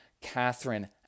Catherine